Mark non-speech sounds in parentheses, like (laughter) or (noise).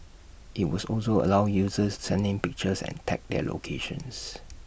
IT (unintelligible) also allow users send in pictures and tag their locations